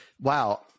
Wow